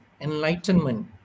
enlightenment